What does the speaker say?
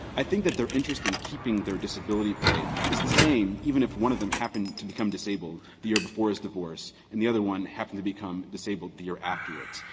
i think that their interest in keeping their disability pay is the same, even if one of them happened to become disabled the year before his divorce and the other one happened to become disabled the year afterwards.